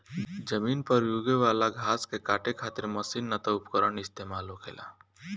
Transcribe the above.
जमीन पर यूगे वाला घास के काटे खातिर मशीन ना त उपकरण इस्तेमाल होखेला